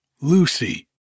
Lucy